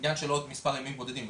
זה עניין של עוד כמה ימים בודדים.